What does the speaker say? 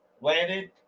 landed